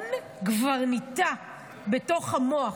הרעיון כבר ניטע בתוך המוח,